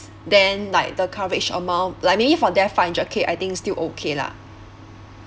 then like the coverage amount like maybe for there five hundred k I think still okay lah